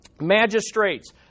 magistrates